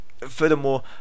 Furthermore